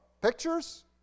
Pictures